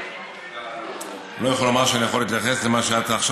אני לא יכול לומר שאני יכול להתייחס למה שאת אמרת עכשיו,